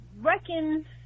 reckon